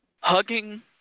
Hugging